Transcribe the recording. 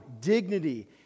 dignity